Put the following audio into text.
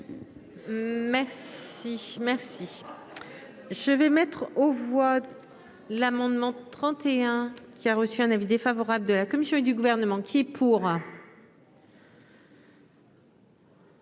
merci. Je vais mettre aux voix l'amendement 31 qui a reçu un avis défavorable de la commission et du gouvernement qui est pour.